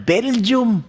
Belgium